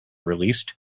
released